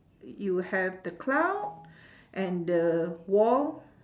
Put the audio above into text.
you have the clouds and the wall